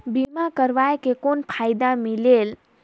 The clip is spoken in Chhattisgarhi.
बीमा करवाय के कौन फाइदा मिलेल?